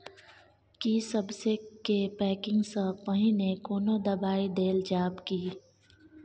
की सबसे के पैकिंग स पहिने कोनो दबाई देल जाव की?